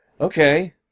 okay